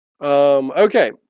Okay